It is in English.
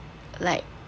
like